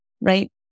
right